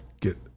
get